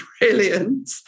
Brilliant